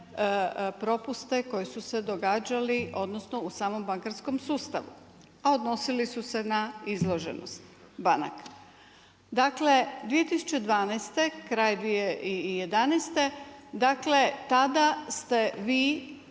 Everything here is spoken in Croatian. propuste koji su se događali, odnosno u samom bankarskom sustavu, a odnosili su se na izloženost banaka. Dakle, 2012. kraj 2011. dakle tada ste vi,